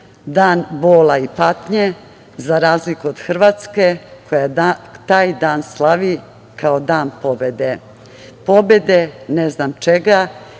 dan bola i patnje, za razliku od Hrvatske koja taj dan slavi kao dan pobede. Pobede ne znam čega,